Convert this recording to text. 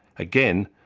again,